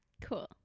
cool